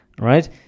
right